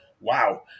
wow